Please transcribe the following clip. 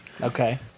Okay